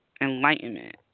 enlightenment